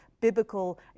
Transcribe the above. biblical